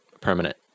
permanent